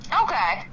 Okay